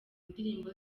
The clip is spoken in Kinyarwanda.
ndirimbo